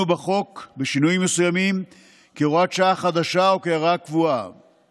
בחוק בשינויים מסוימים כהוראת שעה חדשה או כהוראה קבועה